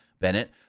Bennett